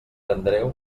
andreu